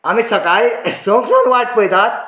आमी सकाळी संक सान वाट पळयतात